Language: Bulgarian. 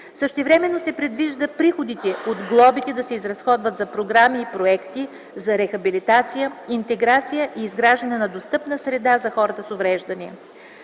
Същевременно се предвижда приходите от глобите да се изразходват за програми и проекти за рехабилитация, интеграция и изграждане на достъпна среда за хората с увреждания.